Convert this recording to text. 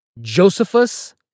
Josephus